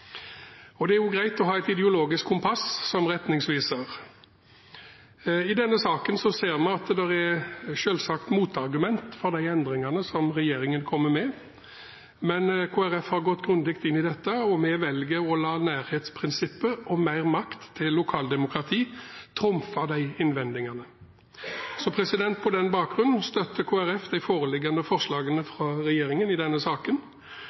Det er greit å ha et ideologisk kompass som retningsviser. I denne saken ser vi at det selvsagt er motargumenter til de endringene som regjeringen kommer med, men Kristelig Folkeparti har gått grundig inn i dette, og vi velger å la nærhetsprinsippet og mer makt til lokaldemokrati trumfe de innvendingene. På den bakgrunnen støtter Kristelig Folkeparti de foreliggende forslagene fra regjeringen i denne saken.